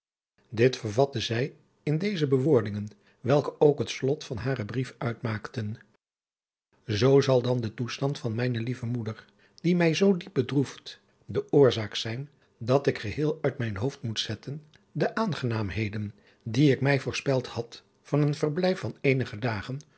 dit vervatte zij in deze bewoordingen welke ook het slot van haren brief uitmaakten zoo zal dan de toestand van mijne lieve moeder die mij zoo diep bedroeft de oorzaak zijn dat ik geheel uit mijn hoofd moet zetten de aangenaamheden die ik mij voorspeld had van een verblijf van eenige dagen